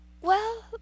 Well